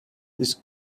this